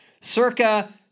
circa